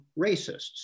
racists